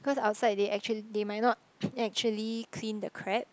cause outside they actual they might not actually clean the crab